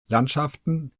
landschaften